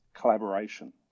collaboration